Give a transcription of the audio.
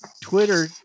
Twitter